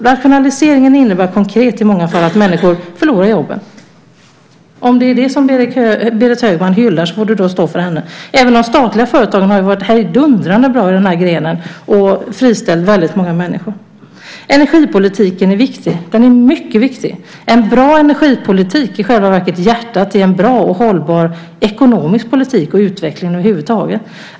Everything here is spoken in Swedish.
Rationaliseringen innebär konkret i många fall att människor förlorar jobben. Om det är det som Berit Högman hyllar får det stå för henne. Även de statliga företagen har ju varit hejdundrande bra i den här grenen och friställt väldigt många människor. Energipolitiken är mycket viktig. En bra energipolitik är i själva verket hjärtat i en bra och hållbar ekonomisk politik och utveckling över huvud taget.